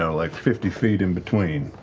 ah like fifty feet in-between.